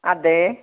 അതെ